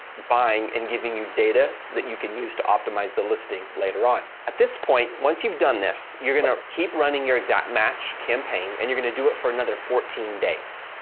buying, and giving you data, so that you can use to optimize the listing later on. at this point, once you've done this, you're going to keep running your exact match campaign and you're going to do it for another fourteen days.